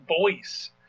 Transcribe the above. voice